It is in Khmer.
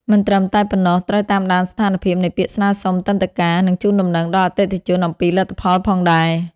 មិនត្រឹមតែប៉ុណ្ណោះ ត្រូវតាមដានស្ថានភាពនៃពាក្យស្នើសុំទិដ្ឋាការ និងជូនដំណឹងដល់អតិថិជនអំពីលទ្ធផលផងដែរ។